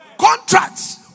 Contracts